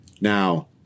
Now